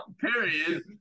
period